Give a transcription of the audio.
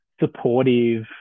supportive